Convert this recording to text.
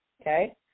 Okay